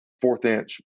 fourth-inch